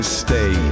stay